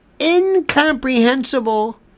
incomprehensible